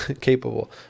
capable